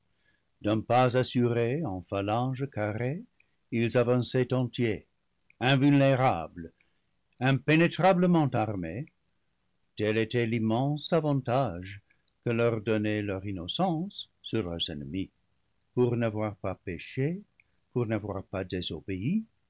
d'un pas assuré en phalange carrée ils avançaient entiers invulnéra blés impénétrablement armés tel était l'immense avantage que leur donnait leur innocence sur leurs ennemis pour n'a voir pas péché pour n'avoir pas désobéi